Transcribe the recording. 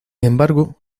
embargo